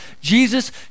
jesus